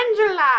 Angela